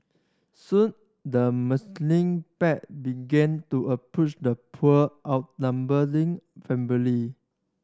soon the pack began to approach the poor outnumber family